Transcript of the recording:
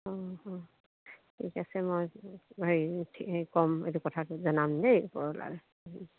অঁ ঠিক আছে মই হেৰি ঠিক ক'ম এইটো কথাটো জনাম দেই ওপৰৱলাক